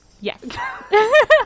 Yes